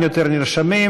אין יותר נרשמים.